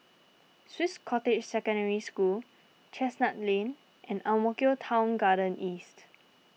Swiss Cottage Secondary School Chestnut Lane and Ang Mo Kio Town Garden East